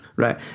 Right